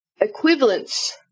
equivalence